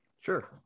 Sure